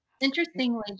Interestingly